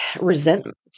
resentment